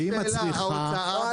האם הצריכה,